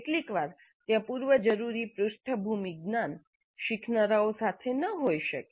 કેટલીકવાર ત્યાં પૂર્વજરૂરી પૃષ્ઠભૂમિ જ્ઞાન શીખનારાઓ સાથે ન હોઇ શકે